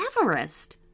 Everest